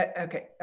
okay